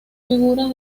figuras